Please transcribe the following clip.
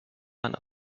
one